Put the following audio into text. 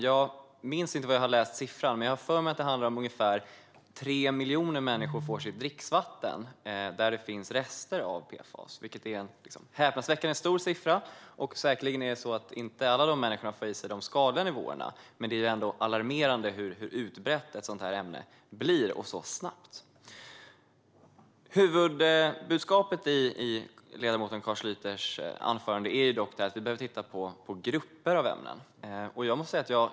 Jag minns inte var jag har läst siffran, men jag har för mig att det handlar om ungefär 3 miljoner människor som får sitt dricksvatten där det finns rester av PFAS, vilket är en häpnadsväckande hög siffra. Det är säkerligen så att inte alla dessa människor får i sig skadliga nivåer, men det är ändå alarmerande hur utbrett ett sådant ämne kan bli, så snabbt. Huvudbudskapet i ledamoten Carl Schlyters anförande är att vi behöver titta på grupper av ämnen.